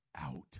out